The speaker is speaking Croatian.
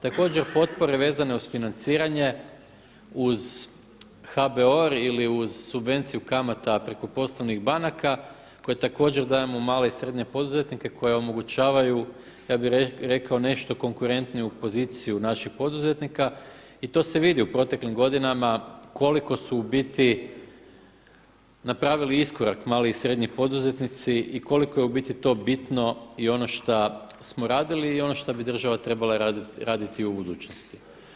Također potpore vezane uz financiranje, uz HBOR ili uz subvenciju kamata preko poslovnih banaka koje također dajemo male i srednje poduzetnike koje omogućavaju ja bih rekao nešto konkurentniju poziciju naših poduzetnika i to se vidi u proteklim godinama koliko su u biti napravili iskorak mali i srednji poduzetnici i koliko je to u biti bitno i ono šta smo radili i ono šta bi država trebala raditi u budućnosti.